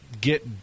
get